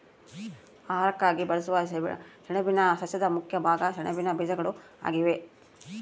ಆಹಾರಕ್ಕಾಗಿ ಬಳಸುವ ಸೆಣಬಿನ ಸಸ್ಯದ ಮುಖ್ಯ ಭಾಗ ಸೆಣಬಿನ ಬೀಜಗಳು ಆಗಿವೆ